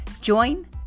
Join